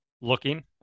Looking